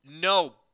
No